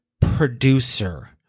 producer